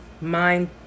mind